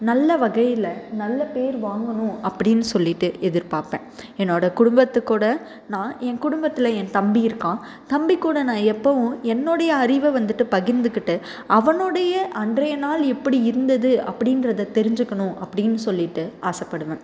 நல்ல வகையில நல்ல பேர் வாங்கணும் அப்படினு சொல்லிட்டு எதிர் பார்ப்பேன் என்னோடய குடும்பத்துக்கூட நான் என் குடும்பத்தில் என் தம்பி இருக்கான் தம்பி கூட நான் எப்பவும் என்னுடைய அறிவை வந்துட்டு பகிர்ந்துக்கிட்டு அவனுடைய அன்றைய நாள் எப்படி இருந்தது அப்படின்றதை தெரிஞ்சிக்கணும் அப்படின்னு சொல்லிட்டு ஆசைப்படுவேன்